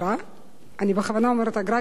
אני בכוונה אומרת אגרה,